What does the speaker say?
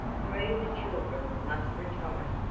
three of the children must retire,